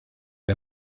der